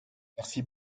merci